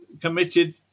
committed